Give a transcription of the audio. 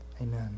Amen